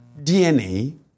DNA